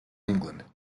england